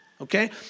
Okay